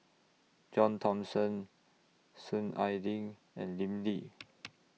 John Thomson Soon Ai Ling and Lim Lee